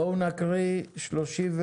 בואו נקריא 32,